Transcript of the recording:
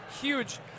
huge